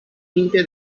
tinte